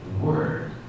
word